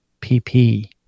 PP